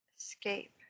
Escape